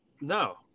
No